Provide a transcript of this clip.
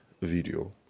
video